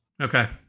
Okay